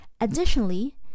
additionally